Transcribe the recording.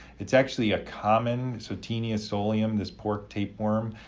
it's actually a common, so taenia solium, this pork tapeworm,